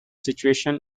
situation